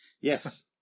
Yes